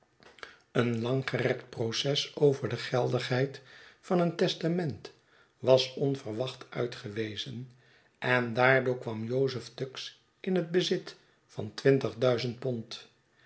een langgerekt proces over de geldigheid van een testament was onverwacht uitgewezen en daardoor kwam joseph tuggs in het bezit van